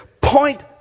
Point